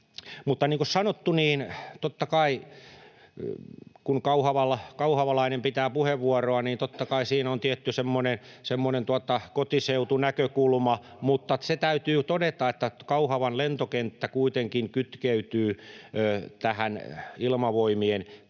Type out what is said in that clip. kuin sanottu, kun kauhavalainen pitää puheenvuoroa, niin totta kai siinä on semmoinen tietty kotiseutunäkökulma, mutta se täytyy todeta, että Kauhavan lentokenttä kuitenkin kytkeytyy tähän Ilmavoimien kokonaisuuteen.